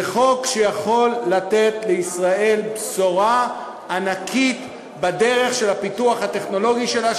הוא חוק שיכול לתת לישראל בשורה ענקית בדרך של הפיתוח הטכנולוגי שלה,